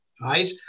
right